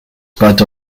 part